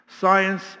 Science